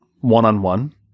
one-on-one